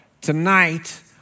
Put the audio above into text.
tonight